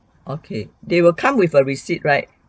okay they will come with a receipt right